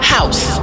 House